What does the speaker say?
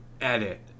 edit